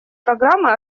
программы